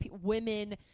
women